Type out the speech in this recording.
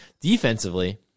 Defensively